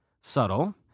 Subtle